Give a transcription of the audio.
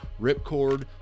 ripcord